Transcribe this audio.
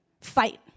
fight